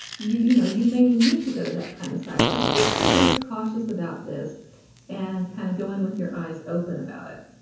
you you know you may need to go to that kind of site, but just be very cautious about this and kind of go in with your eyes open about it.